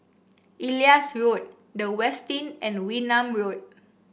Elias Road The Westin and Wee Nam Road